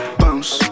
bounce